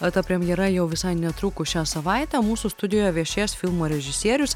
ta premjera jau visai netrukus šią savaitę mūsų studijoje viešės filmo režisierius